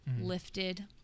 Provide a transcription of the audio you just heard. lifted